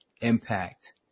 impact